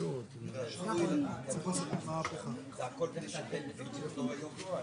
ההסתייגות לא נתקבלה ההסתייגות לא התקבלה.